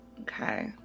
Okay